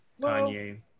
Kanye